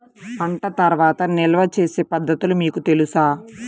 పంట తర్వాత నిల్వ చేసే పద్ధతులు మీకు తెలుసా?